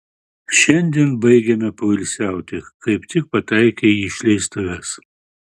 šiandien baigiame poilsiauti kaip tik pataikei į išleistuves